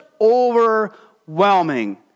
overwhelming